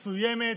מסוימת.